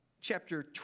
chapter